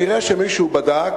נראה שמישהו בדק,